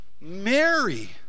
Mary